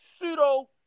pseudo